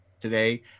today